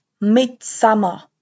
Midsummer